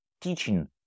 teaching